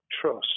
trust